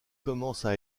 commencent